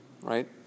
right